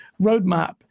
roadmap